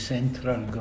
Central